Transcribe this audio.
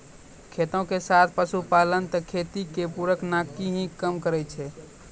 खेती के साथ पशुपालन त खेती के पूरक नाकी हीं काम करै छै